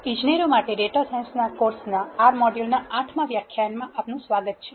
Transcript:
ઇજનેરો માટે data science કોર્સના R મોડ્યુલ ના 8 માં વ્યાખ્યાનમાં આપનું સ્વાગત છે